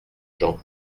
gens